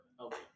Okay